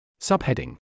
Subheading